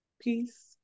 Peace